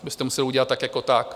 To byste museli udělat tak jako tak.